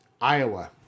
Iowa